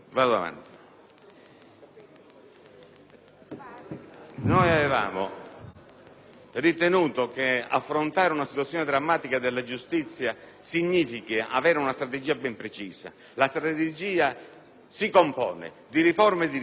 Noi avevamo ritenuto che affrontare la situazione drammatica della giustizia significasse avere una strategia ben precisa. La strategia si compone di riforme di sistema, di riforme strutturali e di risorse.